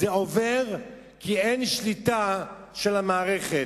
זה עובר כי אין שליטה של המערכת,